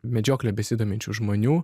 medžiokle besidominčių žmonių